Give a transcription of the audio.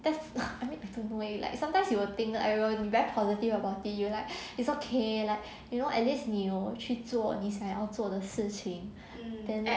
that's right the way like sometimes you will think that !aiyo! very positive about things like it's okay like you know at least 你有去做你想要做的事情 then